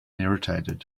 irritated